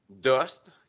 dust